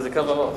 זה קו ארוך.